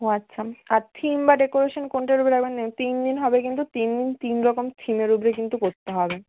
ও আচ্ছা আর থিম বা ডেকোরেশান কোনটার ওপরে তিন দিন হবে কিন্তু তিন দিন তিন রকম থিমের উপরে কিন্তু করতে হবে